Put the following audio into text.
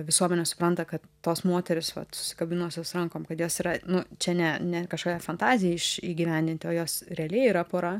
visuomenė supranta kad tos moterys vat susikabinusios rankom kad jos yra nu čia ne ne kažkokia fantazija iš įgyvendinti o jos realiai yra pora